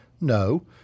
No